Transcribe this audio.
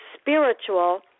spiritual